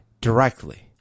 directly